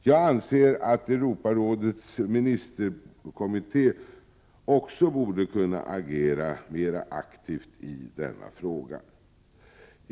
Jag anser att Europarådets ministerkommitté också borde kunna agera mer aktivt i denna fråga.